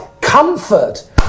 comfort